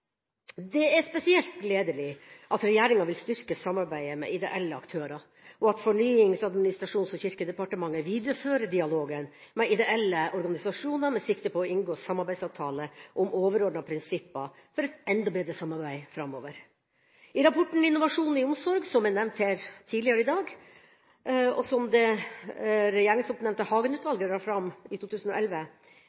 Det er spesielt gledelig at regjeringa vil styrke samarbeidet med ideelle aktører, og at Fornyings-, administrasjons- og kirkedepartementet viderefører dialogen med ideelle organisasjoner med sikte på å inngå en samarbeidsavtale om overordnede prinsipper for et enda bedre samarbeid framover. I rapporten Innovasjon i omsorg, som er nevnt her tidligere i dag, og som det regjeringsoppnevnte